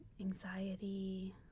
anxiety